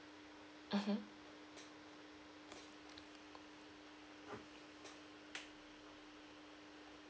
mmhmm